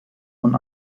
von